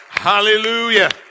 Hallelujah